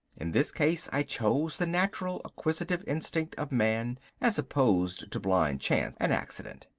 in this case i chose the natural acquisitive instinct of man as opposed to blind chance and accident.